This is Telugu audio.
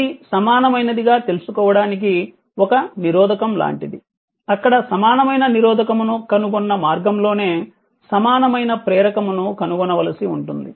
ఇది సమానమైనదిగా తెలుసుకోవడానికి ఒక నిరోధకం లాంటిది అక్కడ సమానమైన నిరోధకమును కనుగొన్న మార్గంలోనే సమానమైన ప్రేరకమును కనుగొనవలసి ఉంటుంది